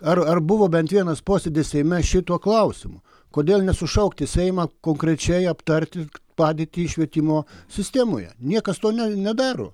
ar ar buvo bent vienas posėdis seime šituo klausimu kodėl nesušaukti seimą konkrečiai aptarti padėtį švietimo sistemoje niekas to ne nedaro